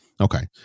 Okay